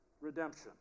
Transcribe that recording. redemption